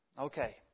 Okay